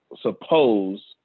suppose